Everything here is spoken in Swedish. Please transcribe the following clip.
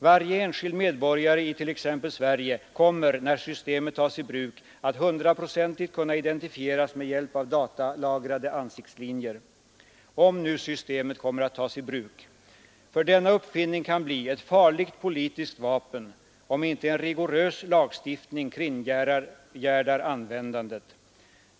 Varje enskild medborgare i t.ex. Sverige kommer — när systemet tas i bruk — att 100-procentigt kunna identifieras med hjälp av datalagrade ansiktslinjer. Om nu systemet tas i bruk. För denna uppfinning kan bli ett farligt politiskt vapen om inte en rigoriös lagstiftning kringgärdar användandet.